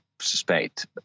suspect